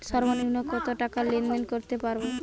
সর্বনিম্ন কত টাকা লেনদেন করতে পারবো?